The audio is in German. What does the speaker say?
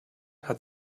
hat